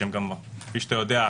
שהם גם כפי שאתה יודע,